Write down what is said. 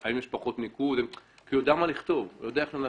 כי הוא יודע מה לכתוב ואיך לנסח.